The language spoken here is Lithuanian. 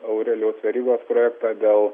aurelijaus verygos projektą dėl